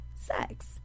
sex